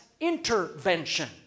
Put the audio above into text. intervention